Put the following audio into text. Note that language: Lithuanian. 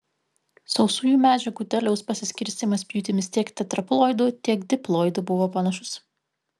sausųjų medžiagų derliaus pasiskirstymas pjūtimis tiek tetraploidų tiek diploidų buvo panašus